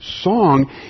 song